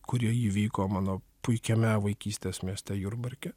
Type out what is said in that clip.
kurie įvyko mano puikiame vaikystės mieste jurbarke